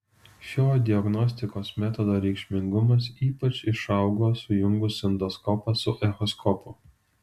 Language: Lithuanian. šio diagnostikos metodo reikšmingumas ypač išaugo sujungus endoskopą su echoskopu